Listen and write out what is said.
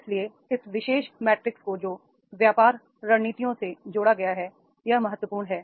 इसलिए इस विशेष मैट्रिक्स को जो व्यापार रणनीतियों से जोड़ा गया है यह महत्वपूर्ण है